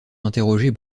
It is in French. interrogés